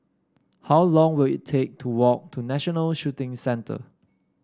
how long will it take to walk to National Shooting Centre